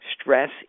Stress